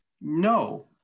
No